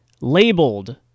labeled